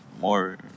more